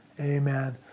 Amen